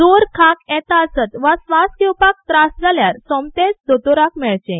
जोर खांक येता आसत वा स्वास घेवपाक त्रास जाल्यार सोमतेच दोतोराक मेळचें